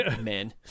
men